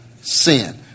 sin